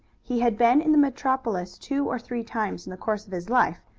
he had been in the metropolis two or three times in the course of his life,